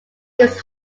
was